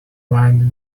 blinded